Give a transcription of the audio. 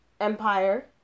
Empire